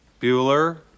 Bueller